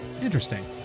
interesting